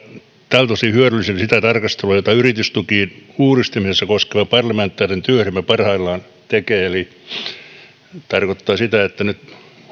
tältä osin hyödyllisenä sitä tarkastelua jota yritystukien uudistamista koskeva parlamentaarinen työryhmä parhaillaan tekee tämä tarkoittaa sitä että nyt